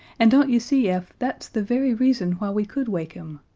and don't you see, ef, that's the very reason why we could wake him?